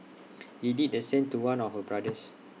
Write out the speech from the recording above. he did the same to one of her brothers